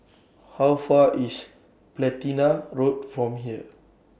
How Far IS Platina Road from here